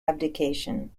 abdication